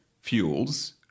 fuels